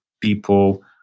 people